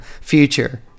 future